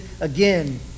again